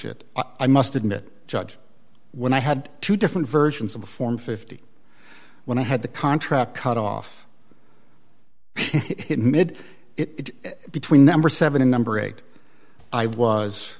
it i must admit judge when i had two different versions of the form fifty when i had the contract cut off it made it between number seven and number eight i was